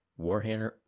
Warhammer